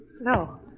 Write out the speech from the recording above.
No